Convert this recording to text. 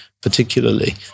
particularly